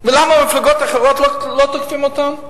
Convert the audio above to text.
ולמה מפלגות אחרות, לא תוקפים אותן?